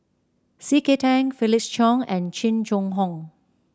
C K Tang Felix Cheong and Jing Jun Hong